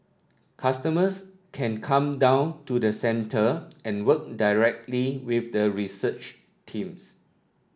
customers can come down to the centre and work directly with the research teams